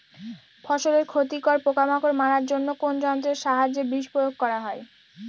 ফসলের ক্ষতিকর পোকামাকড় মারার জন্য কোন যন্ত্রের সাহায্যে বিষ প্রয়োগ করা হয়?